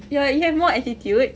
you're you have more attitude